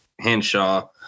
Henshaw